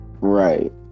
Right